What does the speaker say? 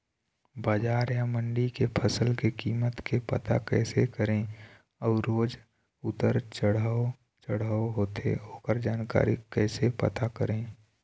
बजार या मंडी के फसल के कीमत के पता कैसे करें अऊ रोज उतर चढ़व चढ़व होथे ओकर जानकारी कैसे पता करें?